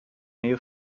nähe